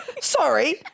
sorry